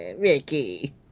Ricky